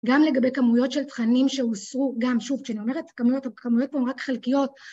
גם לגבי כמויות של תכנים שהוסרו, גם, שוב כשאני אומרת כמויות, הכמויות פה הם רק חלקיות,